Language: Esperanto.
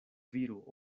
viro